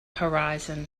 horizon